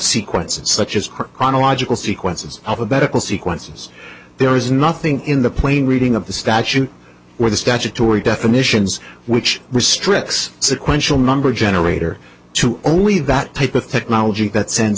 sequences such as chronological sequence of alphabetical sequences there is nothing in the plain reading of the statute or the statutory definitions which restricts sequential number generator to only that type of technology that